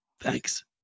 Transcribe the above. Thanks